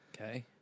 Okay